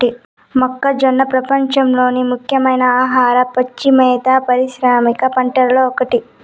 మొక్కజొన్న ప్రపంచంలోని ముఖ్యమైన ఆహార, పచ్చి మేత పారిశ్రామిక పంటలలో ఒకటి